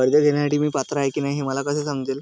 कर्ज घेण्यासाठी मी पात्र आहे की नाही हे मला कसे समजेल?